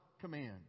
command